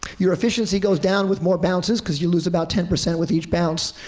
your efficiency goes down with more bounces, because you lose about ten percent with each bounce,